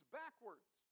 backwards